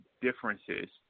differences